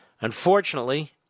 Unfortunately